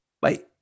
Bye